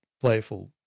playful